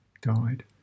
died